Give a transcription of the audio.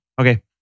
Okay